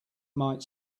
might